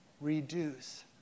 reduce